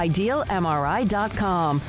IdealMRI.com